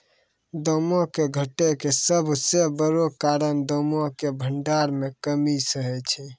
दामो के घटै के सभ से बड़ो कारण दामो के भंडार मे कमी सेहे छै